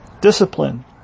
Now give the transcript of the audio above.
discipline